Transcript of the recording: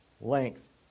length